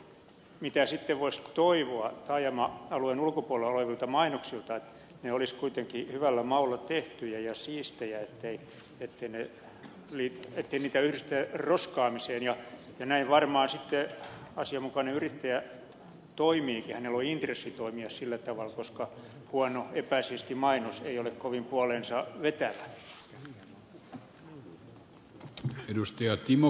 mitä sitten voisi toivoa taajama alueen ulkopuolella olevilta mainoksilta on että ne olisivat kuitenkin hyvällä maulla tehtyjä ja siistejä ettei niitä yhdistetä roskaamiseen ja näin varmaan sitten asianmukainen yrittäjä toimiikin hänellä on intressi toimia sillä tavalla koska huono epäsiisti mainos ei ole kovin puoleensavetävä